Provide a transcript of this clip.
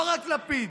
לא רק לפיד.